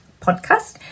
podcast